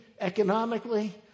economically